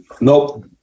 nope